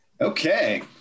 Okay